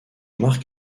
marc